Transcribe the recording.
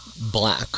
black